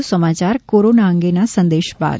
વધુ સમાચાર કોરોના અંગેના સંદેશ બાદ